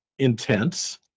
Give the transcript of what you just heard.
intense